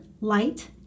light